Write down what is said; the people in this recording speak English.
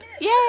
Yay